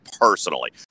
personally